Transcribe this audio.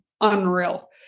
unreal